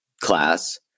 class